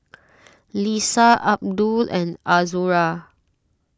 Lisa Abdul and Azura